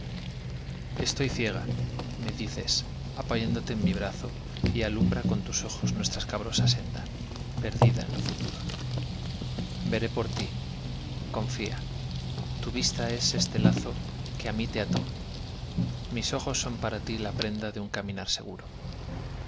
estoy ciega me dices apóyate en mi brazo y alumbra con tus ojos nuestra escabrosa senda perdida en lo futuro veré por tí confía tu vista es este lazo que á mí te ató mis ojos son para tí la prenda de un caminar seguro